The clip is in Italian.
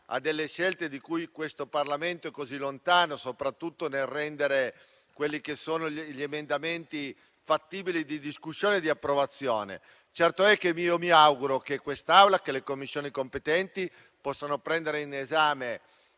a delle scelte nei cui confronti questo Parlamento è così lontano, soprattutto nel rendere gli emendamenti fattibili di discussione e di approvazione. Certo è che mi auguro che quest'Aula e le Commissioni competenti possano prendere in esame